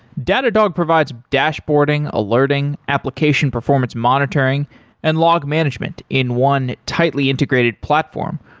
datadog provides dashboarding, alerting application performance monitoring and log management in one tightly integrated platform,